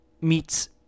meets